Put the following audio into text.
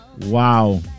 Wow